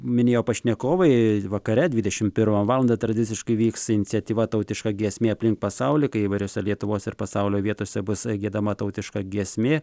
minėjo pašnekovai vakare dvidešimt pirmą valandą tradiciškai vyks iniciatyva tautiška giesmė aplink pasaulį kai įvairiose lietuvos ir pasaulio vietose bus giedama tautiška giesmė